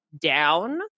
down